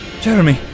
Jeremy